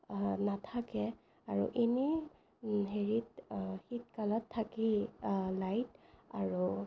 নাথাকে আৰু এনেই হেৰিত শীতকালত থাকেই লাইট আৰু